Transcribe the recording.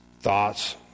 thoughts